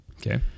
Okay